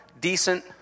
decent